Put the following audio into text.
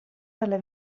dalla